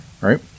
Right